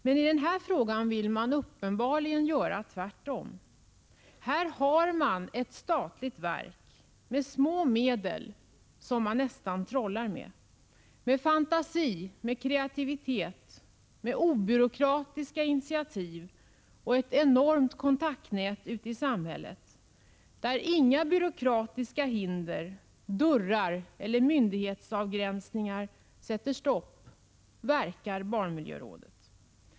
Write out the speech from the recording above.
Men i den här frågan vill man uppenbarligen göra tvärtom. Här har man ett statligt verk med små medel som man nästan trollar med. Med fantasi, kreativitet, obyråkratiska initiativ och ett enormt kontaktnät ute i samhället utan några byråkratiska hinder eller myndighetsavgränsningar som sätter stopp verkar barnmiljörådet.